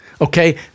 Okay